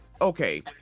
Okay